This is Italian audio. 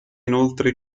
inoltre